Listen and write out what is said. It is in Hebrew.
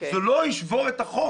זה לא ישבור את החוק.